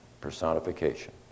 personification